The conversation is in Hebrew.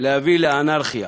להביא לאנרכיה.